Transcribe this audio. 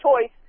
choice